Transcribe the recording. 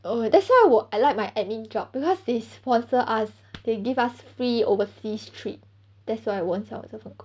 err that's why 我 I like my admin job because they sponsor us they give us free overseas trip that's why 我很喜欢我这份工